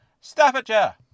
Staffordshire